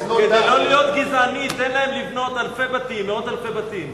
כדי לא להיות גזעני תן להם לבנות מאות אלפי בתים.